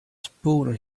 spoon